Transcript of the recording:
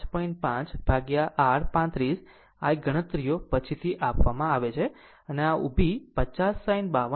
5 by r 35 l ગણતરીઓ પછીથી આપવામાં આવે છે અને આ અને આઉભી 50 sine 52